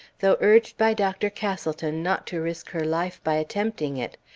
though urged by dr. castleton not to risk her life by attempting it,